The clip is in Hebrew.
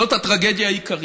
זאת הטרגדיה העיקרית,